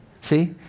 See